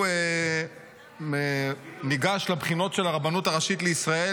והוא ניגש לבחינות של הרבנות הראשית לישראל